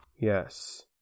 yes